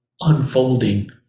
unfolding